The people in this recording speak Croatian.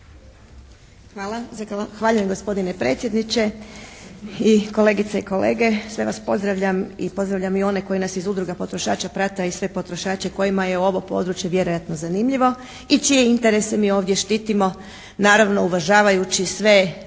Zahvaljujem. Gospodine predsjedniče, kolegice i kolege! Sve vas pozdravljam i pozdravljam i one koji nas iz udruga potrošača prate a i sve potrošače kojima je ovo područje vjerojatno zanimljivo i čije interese mi ovdje štitimo naravno uvažavajući sve